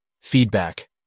feedback